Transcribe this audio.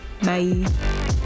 Bye